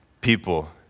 people